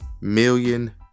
million